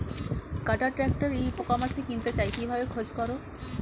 কাটার tractor ই কমার্সে কিনতে চাই কিভাবে খোঁজ করো?